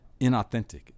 inauthentic